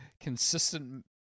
consistent